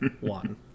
One